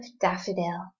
Daffodil